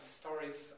stories